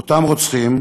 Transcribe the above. אותם רוצחים